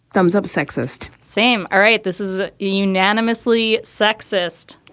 thumbs up. sexist same. all right. this is a unanimously sexist.